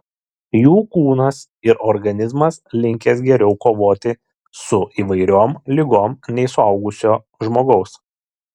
jų kūnas ir organizmas linkęs geriau kovoti su įvairiom ligom nei suaugusio žmogaus